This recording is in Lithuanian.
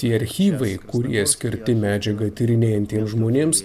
tie archyvai kurie skirti medžiagą tyrinėjantiems žmonėms